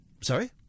Sorry